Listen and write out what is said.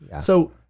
So-